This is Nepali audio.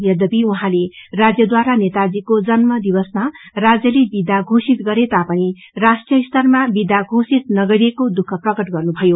यद्यपि उहाँले राज्सयद्वारा नेताजीको जन्म दिवसमा राज्यले विदा घोषित गरे तापनि राष्ट्रिय स्तरमा विदा घोषित नगरिएको दुःख प्रकट गर्नुभयो